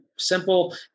simple